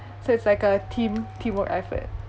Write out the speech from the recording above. so it's like a team teamwork effort